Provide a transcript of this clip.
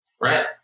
Right